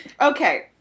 Okay